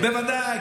בוודאי,